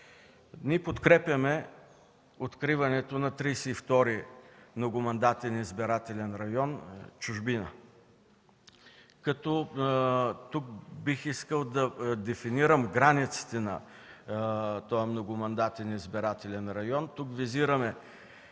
Ние подкрепяме откриването на 32. многомандатен избирателен район в чужбина. Бих искал да дефинирам границите на този многомандатен избирателен район. Тук визираме